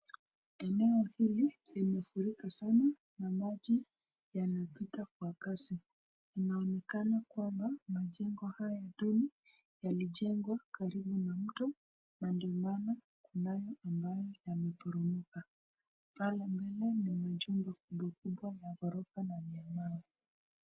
Eneo hili limefurika sana na maji yanapita kwa kasi, inaonekana kwamba majengo haya duni yalijengwa karibu na mto, na ni nyuma yake kunayo ambayo imeporomoka, pale mbele ni majumba kubwa kubwa ya gorofa na ni ya mawe.